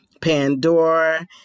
Pandora